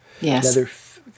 Yes